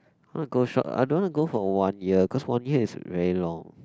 I want to go short I don't want to go for one year cause one year is very long